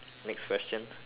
next question